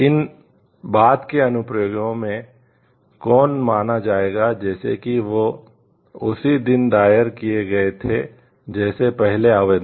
इन बाद के अनुप्रयोगों को माना जाएगा जैसे कि वे उसी दिन दायर किए गए थे जैसे पहले आवेदन